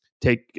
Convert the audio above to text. take